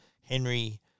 Henry